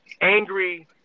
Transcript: angry